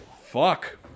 fuck